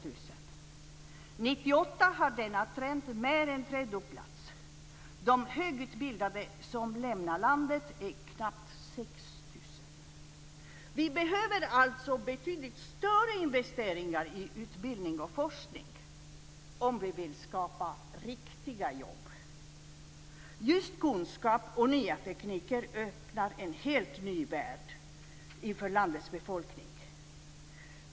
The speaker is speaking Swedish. År 1998 har denna trend mer än tredubblats. De högutbildade som lämnar landet är knappt Vi behöver alltså betydligt större investeringar i utbildning och forskning om vi vill skapa riktiga jobb. Just kunskap och nya tekniker öppnar en helt ny värld inför landets befolkning.